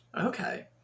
Okay